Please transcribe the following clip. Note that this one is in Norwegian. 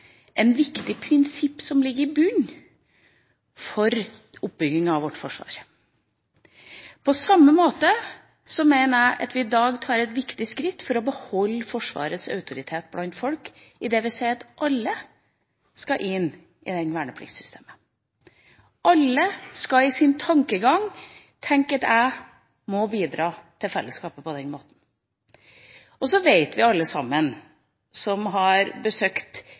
viktig prinsipp som ligger i bunnen for oppbygginga av vårt forsvar. På samme måte mener jeg at vi i dag tar et viktig skritt for å beholde Forsvarets autoritet blant folk, idet vi sier at alle skal inn i dette vernepliktssystemet – alle skal ha den tankegang at de må bidra til fellesskapet på den måten. Så vet vi alle sammen som har besøkt